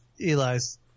Eli's